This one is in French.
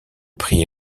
prix